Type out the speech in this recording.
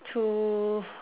to